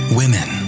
women